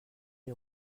est